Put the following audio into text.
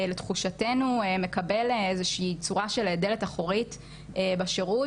לתחושתנו מקבל איזושהי צורה של דלת אחורית בשירות,